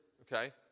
okay